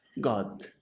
god